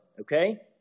okay